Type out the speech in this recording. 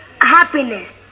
happiness